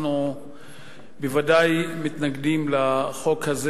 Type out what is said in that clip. אנחנו בוודאי מתנגדים לחוק הזה.